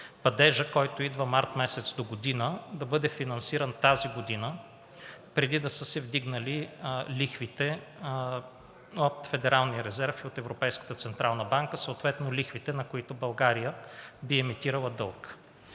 падежът, който идва март месец догодина, да бъде финансиран тази година, преди да са се вдигнали лихвите от Федералния резерв, от Европейската централна банка, съответно лихвите, на които България би емитирала дълг.